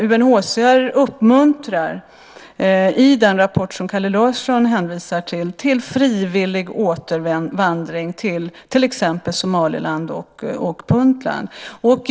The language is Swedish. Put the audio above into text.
UNHCR uppmuntrar i den rapport till vilken Kalle Larsson hänvisar till frivillig återvandring exempelvis till Somaliland och Puntland.